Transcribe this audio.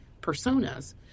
personas